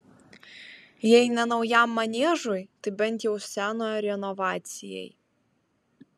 jei ne naujam maniežui tai bent jau senojo renovacijai